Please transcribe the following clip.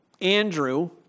andrew